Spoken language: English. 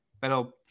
Pero